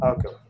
Okay